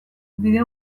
bide